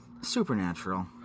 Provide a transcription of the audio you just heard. Supernatural